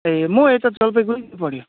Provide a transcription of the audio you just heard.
ए म यता जलपाइगढीकै पऱ्यो